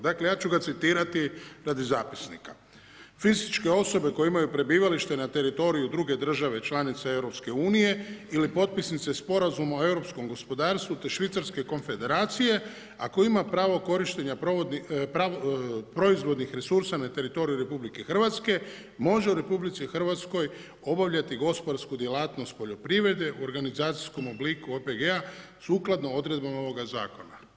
Dakle ja ću ga citirati radi zapisnika: „Fizičke osobe koje imaju prebivalište na teritoriju druge države članice EU ili potpisnice Sporazuma o europskom gospodarstvu te Švicarske konfederacije, ako ima pravo korištenja proizvodnih resursa na teritoriju RH može u RH obavljati gospodarsku djelatnost poljoprivrede u organizacijskom obliku OPG-a sukladno odredbama ovoga zakona“